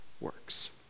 works